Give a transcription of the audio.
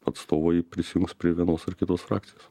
atstovai prisijungs prie vienos ar kitos frakcijos